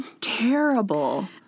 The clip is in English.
terrible